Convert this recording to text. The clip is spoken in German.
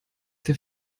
der